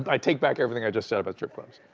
i take back everything i just said about strip clubs.